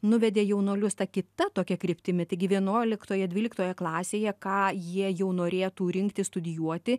nuvedė jaunuolius ta kita tokia kryptimi taigi vienuoliktoje dvyliktoje klasėje ką jie jau norėtų rinktis studijuoti